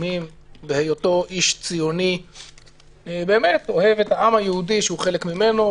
תחומים בהיותו איש ציוני שאוהב את העם היהודי שהוא חלק ממנו,